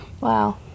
wow